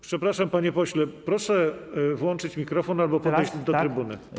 Przepraszam, panie pośle, proszę włączyć mikrofon albo podejść do trybuny.